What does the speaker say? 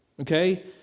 Okay